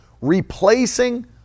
replacing